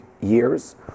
years